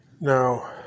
Now